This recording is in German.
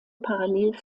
parallel